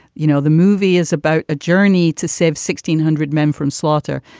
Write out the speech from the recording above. you know, the movie is about a journey to save sixteen hundred men from slaughter.